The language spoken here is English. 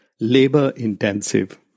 labor-intensive